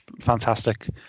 fantastic